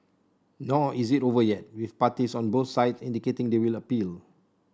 nor is it over yet with parties on both sides indicating they will appeal